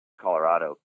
colorado